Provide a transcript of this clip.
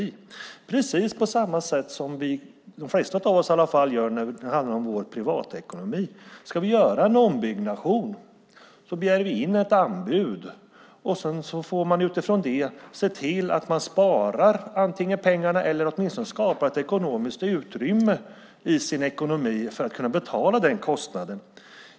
Det är precis på samma sätt som de flesta av oss gör när det handlar om vår privatekonomi. Ska vi göra en ombyggnation begär vi in ett anbud. Sedan får man utifrån det se till att man antingen sparar pengarna eller åtminstone skapar ett utrymme i sin ekonomi för att kunna betala den kostnaden.